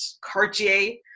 Cartier